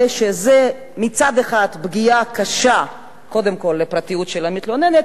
שזה מצד אחד פגיעה קשה קודם כול בפרטיות של המתלוננת,